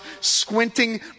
squinting